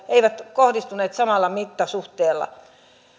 eivät kohdistuneet samalla mittasuhteella